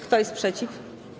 Kto jest przeciw?